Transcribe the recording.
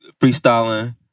freestyling